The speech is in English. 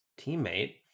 teammate